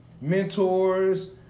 mentors